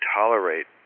tolerate